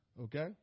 Okay